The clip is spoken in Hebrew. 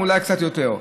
השעתיים, אולי קצת יותר.